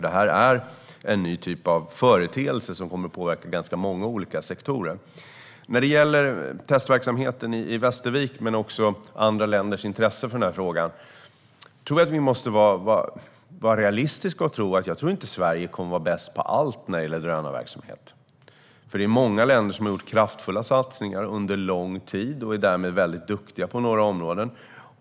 Det här är en ny typ av företeelse som kommer att påverka ganska många olika sektorer. När det gäller testverksamheten i Västervik, men också andra länders intresse för frågan, måste vi vara realistiska. Jag tror inte att Sverige kommer att vara bäst på allt när det gäller drönarverksamhet. Många länder har gjort kraftfulla satsningar under lång tid och är därmed väldigt duktiga på några områden.